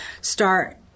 start